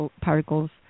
particles